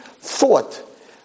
thought